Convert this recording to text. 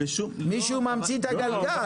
מישהו ממציא את הגלגל.